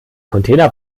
container